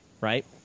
right